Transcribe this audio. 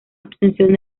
obsesión